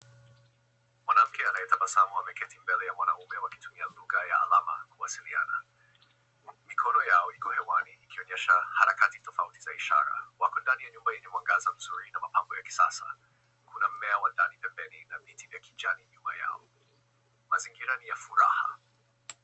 Mwanamke anayetabasamu ameketi mbele ya mwanaume wakitumia lugha ya alama kuwasilana. Mikono yao iko hewani ikionyesha harakati tofauti za ishara. Wako ndani ya nyumba yenye mwanga mzuri na mapambo ya kisasa. Kuna mmea wa ndani pembeni na viti vya kijani nyuma yao. Mazingira ni ya furaha.